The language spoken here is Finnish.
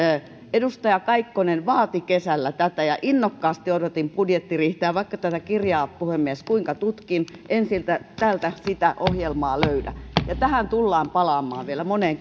edustaja kaikkonen vaati kesällä tätä ja innokkaasti odotin budjettiriihtä ja vaikka tätä kirjaa puhemies kuinka tutkin en täältä sitä ohjelmaa löydä tähän tullaan palaamaan vielä moneen